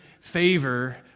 favor